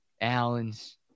Allen's